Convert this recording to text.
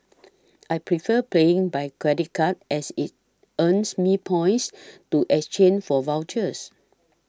I prefer playing by credit card as it earns me points to exchange for vouchers